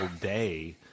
day